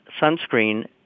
Sunscreen